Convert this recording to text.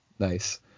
Nice